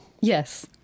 Yes